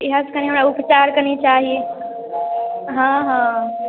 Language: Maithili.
इहेसँ कनि हमरा उपचार कनि चाही हँ हँ